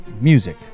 music